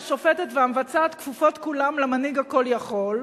השופטת והמבצעת כפופות כולן למנהיג הכול-יכול.